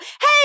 hey